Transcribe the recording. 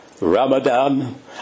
Ramadan